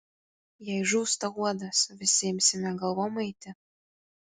jei žūsta uodas visi imsime galvom eiti